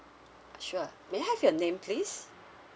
sure may I have your name please